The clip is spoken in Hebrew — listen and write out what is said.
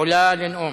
עולה לנאום.